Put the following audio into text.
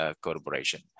Corporation